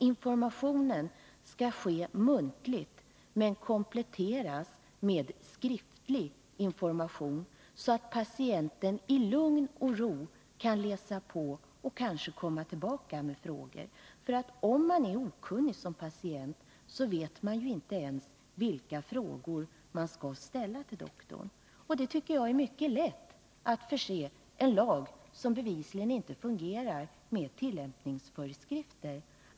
Informationen skall ske muntligt, men kompletteras med skriftlig information, så att patienten i lugn och ro kan läsa på och kanske komma tillbaka med frågor. Om man som patient är okunnig, vet man ju inte ens vilka frågor som man skall ställa till doktorn. Jag tycker att det skulle vara mycket lätt att förse en lag, som bevisligen inte fungerar, med tillämpningsföreskrifter.